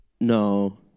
No